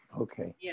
okay